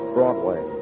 Broadway